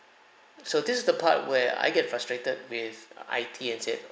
so this is the part where I get frustrated with I_T and said